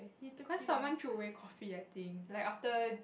cause someone threw away coffee I think after like after